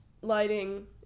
lighting